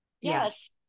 yes